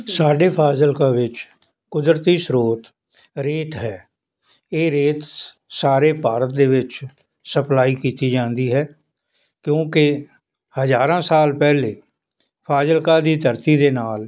ਸਾਡੇ ਫਾਜ਼ਿਲਕਾ ਵਿੱਚ ਕੁਦਰਤੀ ਸਰੋਤ ਰੇਤ ਹੈ ਇਹ ਰੇਤ ਸਾਰੇ ਭਾਰਤ ਦੇ ਵਿੱਚ ਸਪਲਾਈ ਕੀਤੀ ਜਾਂਦੀ ਹੈ ਕਿਉਂਕਿ ਹਜ਼ਾਰਾਂ ਸਾਲ ਪਹਿਲੇ ਫਾਜ਼ਿਲਕਾ ਦੀ ਧਰਤੀ ਦੇ ਨਾਲ